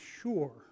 sure